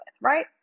right